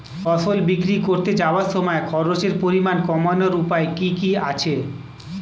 ফসল বিক্রি করতে যাওয়ার সময় খরচের পরিমাণ কমানোর উপায় কি কি আছে?